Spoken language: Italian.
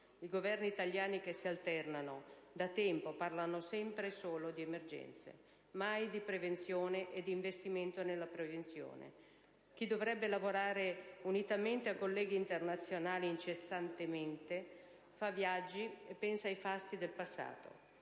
I Governi italiani che si alternano da tempo parlano sempre e solo di emergenze, mai di prevenzione e di investimenti nella prevenzione. Chi dovrebbe lavorare, unitamente a colleghi che operano a livello internazionale, incessantemente, fa viaggi e pensa ai fasti del passato,